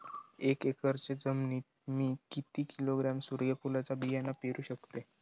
एक एकरच्या जमिनीत मी किती किलोग्रॅम सूर्यफुलचा बियाणा पेरु शकतय?